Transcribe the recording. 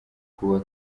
kuba